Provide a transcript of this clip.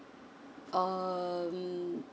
um